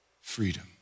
freedom